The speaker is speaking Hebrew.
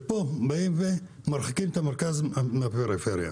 ופה באים ומרחיקים את המרכז מהפריפריה.